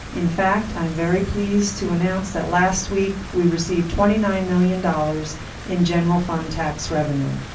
in fact, i am very pleased to announce that last week, we received twenty nine million dollars in general fund tax revenue.